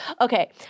Okay